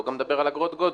בוא נדבר גם על אגרות גודש.